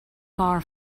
far